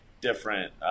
different